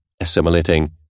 assimilating